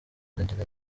agira